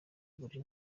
buri